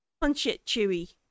punch-it-chewy